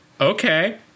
Okay